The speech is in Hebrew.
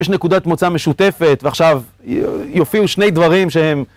יש נקודת מוצא משותפת, ועכשיו יופיעו שני דברים שהם...